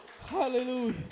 Hallelujah